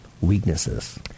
Weaknesses